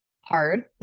hard